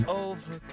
over